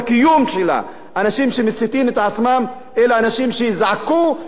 אנשים שמציתים את עצמם אלה אנשים שזעקו ואף אחד לא הקשיב להם,